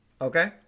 Okay